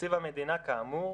תקציב המדינה, כאמור,